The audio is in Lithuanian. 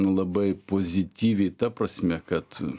labai pozityviai ta prasme kad